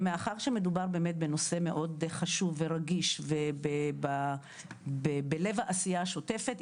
מאחר שמדובר באמת בנושא מאוד חשוב ורגיש ובלב העשייה השותפת,